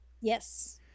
Yes